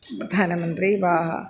प्रधानमन्त्री वा